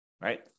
right